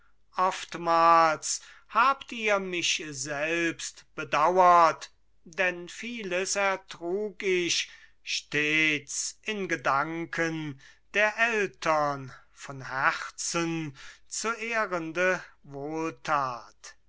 oftmals habt ihr mich selbst bedauert denn vieles ertrug ich stets in gedanken der eltern von herzen zu ehrende wohltat